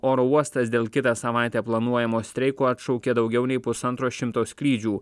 oro uostas dėl kitą savaitę planuojamo streiko atšaukė daugiau nei pusantro šimto skrydžių